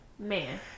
man